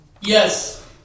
Yes